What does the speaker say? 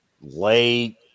late